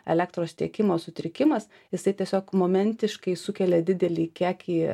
elektros tiekimo sutrikimas jisai tiesiog momentiškai sukelia didelį kiekį